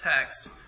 text